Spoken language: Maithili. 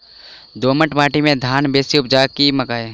दोमट माटि मे धान बेसी उपजाउ की मकई?